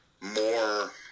more